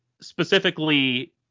specifically